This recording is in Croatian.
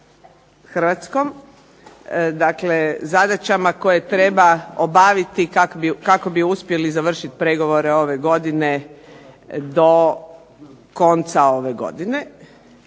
Hrvatskom. Dakle, zadaćama koje treba obaviti kako bi uspjeli završiti pregovore ove godine do konca ove godine.